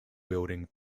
building